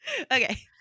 Okay